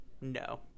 No